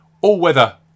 all-weather